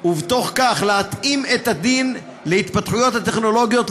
ובתוך כך להתאים את הדין להתפתחויות הטכנולוגיות,